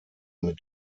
mit